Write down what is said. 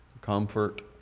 comfort